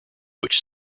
which